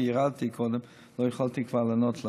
כי ירדתי קודם וכבר לא יכולתי לענות לה.